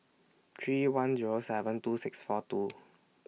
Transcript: three one Zero seven two six four two